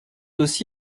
aussi